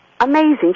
Amazing